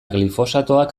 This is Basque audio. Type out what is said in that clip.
glifosatoak